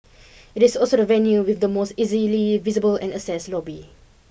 it is also the venue with the most easily visible and accessed lobby